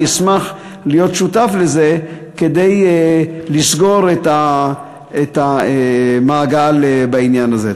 ואני אשמח להיות שותף לזה כדי לסגור את המעגל בעניין הזה.